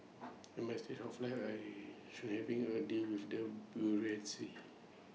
at my stage of life I shun having A deal with the bureaucracy